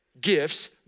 gifts